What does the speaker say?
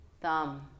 thumb